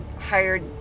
hired